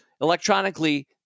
electronically